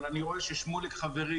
אבל אני רואה ששמוליק חברי,